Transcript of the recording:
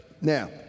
Now